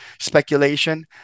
speculation